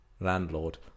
Landlord